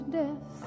death